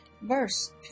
Verse